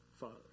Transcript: Father